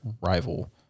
rival